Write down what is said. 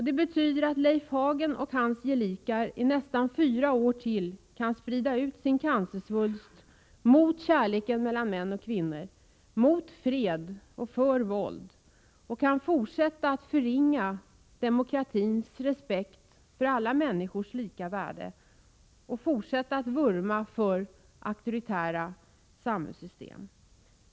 Det betyder att Leif Hagen och hans gelikar i nästan fyra år till kan sprida ut sin cancersvulst mot kärleken mellan män och kvinnor, mot fred och för våld, kan förringa demokratins respekt för alla människors lika värde och fortsätta vurma för andra auktoritära samhällssystem.